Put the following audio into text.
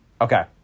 Okay